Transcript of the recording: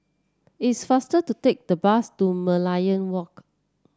it's faster to take the bus to Merlion Walk